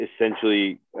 essentially